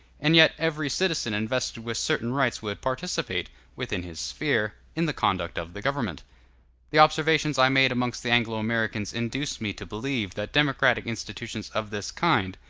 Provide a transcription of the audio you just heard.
and yet every citizen invested with certain rights would participate, within his sphere, in the conduct of the government the observations i made amongst the anglo-americans induce me to believe that democratic institutions of this kind,